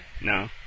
No